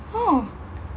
!huh!